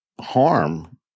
harm